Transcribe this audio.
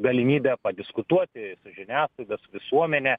galimybę padiskutuoti su žiniasklaida visuomene